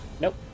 Nope